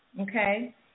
okay